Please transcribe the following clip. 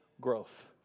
growth